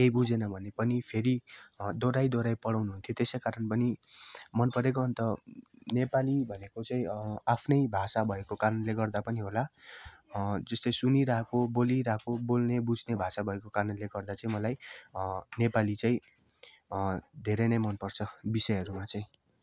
केही बुझेन पनि फेरि दोहोऱ्याई दोहोऱ्याई पढाउनुहुन्थ्यो त्यसै कारण पनि मनपरेको अन्त नेपाली भनेको चाहिँ आफ्नै भाषा भएको कारणले गर्दा पनि होला जस्तै सुनिरहेको बोलिरहेको बोल्ने बुझ्ने भाषा भएको कारणले गर्दा चाहिँ मलाई नेपाली चाहिँ धेरै नै मनपर्छ विषयहरूमा चाहिँ